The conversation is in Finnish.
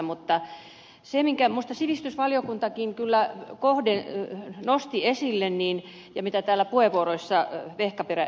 mutta se minkä sivistysvaliokuntakin kyllä nosti esille ja mitä täällä puheenvuoroissa esimerkiksi ed